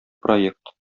проект